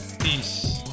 peace